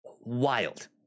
Wild